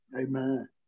Amen